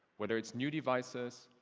whether it's new devices,